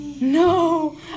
No